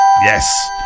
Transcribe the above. yes